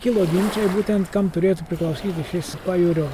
kilo ginčai būtent kam turėtų priklausyti šis pajūrio